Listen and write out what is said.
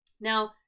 Now